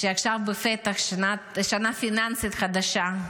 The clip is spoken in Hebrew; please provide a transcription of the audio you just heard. שעכשיו בפתח, שנה פיננסית חדשה.